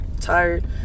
Tired